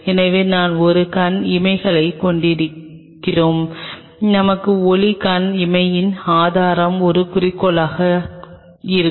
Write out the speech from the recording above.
எனவே நாம் ஒரு கண் இமைகளைக் கொண்டிருப்போம் நமக்கு ஒளி கண் இமையின் ஆதாரம் ஒரு குறிக்கோளைக் கொடுக்கும்